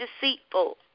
deceitful